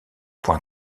point